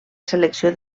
selecció